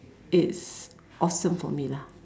it's awesome for me lah